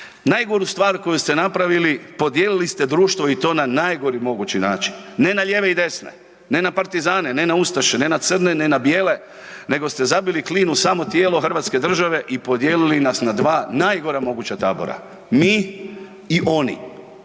Najgoru stvar koju ste napravili, podijelili ste društvo i to na najgori mogući način. Ne na lijeve i desne, ne na partizane, ne na ustaše, ne na crne, ne na bijele, nego ste zabili klin u samo tijelo hrvatske države i podijelili nas na 2 najgora moguća tabora. Mi i oni.